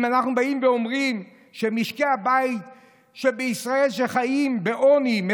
אם אנחנו באים ואומרים שמשקי בית בישראל חיים בעוני,